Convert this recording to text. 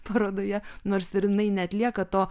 parodoje nors ir jinai neatlieka to